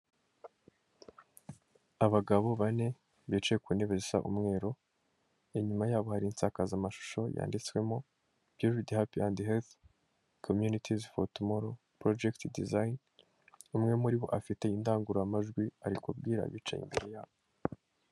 Abagabo bane, bicaye ku ntebe zisa umweru. inyuma yabo hari insakazamashusho yanditswemo, byuwiridi hapi andi herifu, komyunitizi foru tumoro, porojegiti dizayini. Umwe muri bo afite indangururamajwi, ari kubwira abicaye imbere yabo.